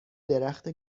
درخت